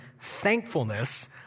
thankfulness